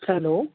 hello